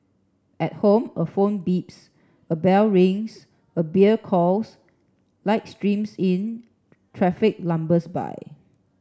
at home a phone beeps a bell rings a beer calls light streams in traffic lumbers by